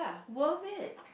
worth it